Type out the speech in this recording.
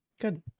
Good